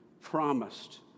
promised